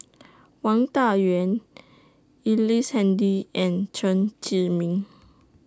Wang Dayuan Ellice Handy and Chen Zhiming